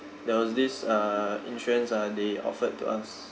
there was this uh insurance uh they offered to us